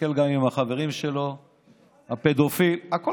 תסתכל גם על החברים שלו, הפדופיל, מה קשור?